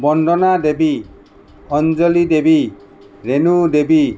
Bandana Devi Anjali Devi Renu Devi